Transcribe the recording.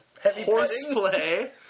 horseplay